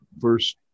first